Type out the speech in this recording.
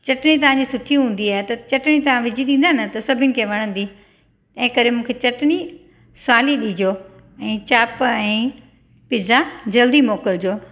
चटणी तव्हांजी सुठी हूंदी आहे त चटणी तव्हां विझी ॾींदा न त सभिनि खे वणंदी तंहिं करे मूंखे चटणी स्वाली ॾिजो ऐं चाप ऐं पिझा जल्दी मोकिलजो